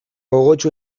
gogotsu